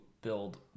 build